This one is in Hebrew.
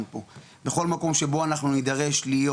פה בכל מקום שבו אנחנו נדרש להיות,